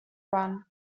run